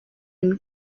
imwe